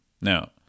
Now